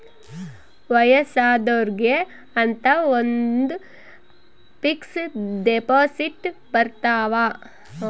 ವಯಸ್ಸಾದೊರ್ಗೆ ಅಂತ ಒಂದ ಫಿಕ್ಸ್ ದೆಪೊಸಿಟ್ ಬರತವ